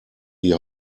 die